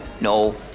No